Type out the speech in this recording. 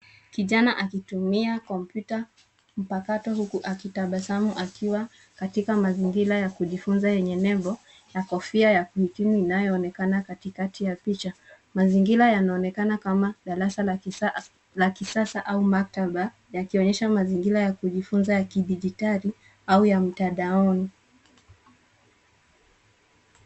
Kijana akitumia kompyuta mpakato huku akitabasamu akiwa katika mazingira ya kujifunza yenye nebo na kofia ya kuhitimu inayoonekana katikati ya picha. Mazingira yanaonekana kama darasa la kisasa au maktaba yakionyesha mazingira ya kujifunza ya kidijitali au ya mtandaoni.